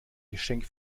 geschenk